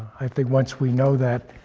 i think once we know that,